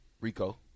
Rico